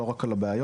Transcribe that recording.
לא רק על הבעיות.